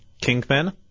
Kingpin